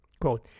quote